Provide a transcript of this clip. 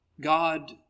God